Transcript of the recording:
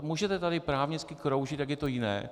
Můžete tady právnicky kroužit, jak je to jiné.